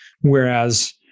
Whereas